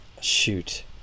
shoot